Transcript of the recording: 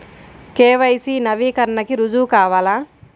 KYC నవీకరణకి రుజువు కావాలా?